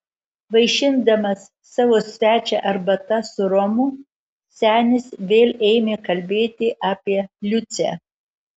vaišindamas savo svečią arbata su romu senis vėl ėmė kalbėti apie liucę